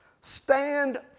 stand